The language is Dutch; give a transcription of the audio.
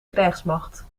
krijgsmacht